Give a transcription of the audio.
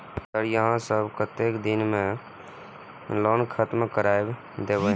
Sir यहाँ सब कतेक दिन में लोन खत्म करबाए देबे?